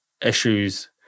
issues